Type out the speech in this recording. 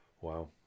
Wow